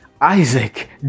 Isaac